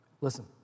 Listen